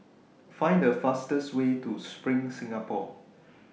Find The fastest Way to SPRING Singapore